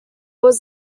was